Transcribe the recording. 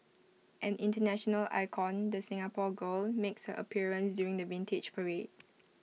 an International icon the Singapore girl makes her appearance during the Vintage Parade